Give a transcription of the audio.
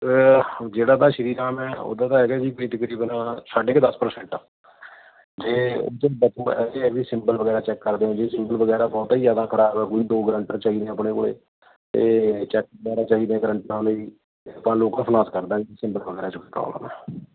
ਜਿਹੜਾ ਤਾਂ ਸ਼੍ਰੀ ਰਾਮ ਹੈ ਉਹਦਾ ਤਾਂ ਹੈਗਾ ਜੀ ਵੀ ਤਕਰੀਬਨ ਸਾਢੇ ਕੁ ਦਸ ਪ੍ਰਸੈਂਟ ਆ ਜੇ ਹੈਗੇ ਏ ਜੀ ਸਿਬਲ ਵਗੈਰਾ ਚੈੱਕ ਕਰਦੇ ਹੈ ਜੇ ਸਿਬਲ ਵਗੈਰਾ ਬਹੁਤਾ ਜ਼ਿਆਦਾ ਖਰਾਬ ਹੈ ਕੋਈ ਦੋ ਗਰੰਟਰ ਚਾਹੀਦੇ ਆਪਣੇ ਕੋਲ ਅਤੇ ਚੈੱਕ ਵਗੈਰਾ ਚਾਹੀਦੇ ਗਰੰਟਰਾਂ ਲਈ ਅਤੇ ਆਪਾਂ ਲੋਕਲ ਫਾਈਨਾਸ ਕਰ